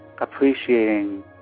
appreciating